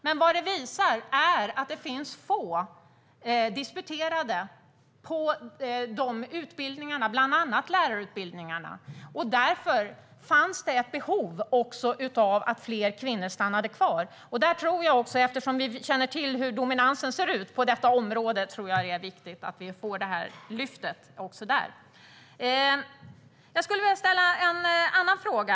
Men detta visar att det finns få disputerade på bland annat lärarutbildningarna, och därför har det funnits ett behov av att fler kvinnor stannar kvar. Eftersom vi känner till hur dominansen ser ut på området är det viktigt med ett lyft också där. Jag vill ställa ytterligare en fråga.